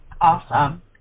Awesome